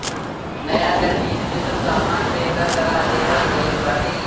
नया कर नीति में सब सामान पे कर लगा देहल गइल बाटे